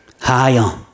Higher